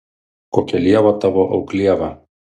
kokia lieva tavo auklieva